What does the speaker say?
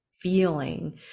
feeling